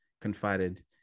confided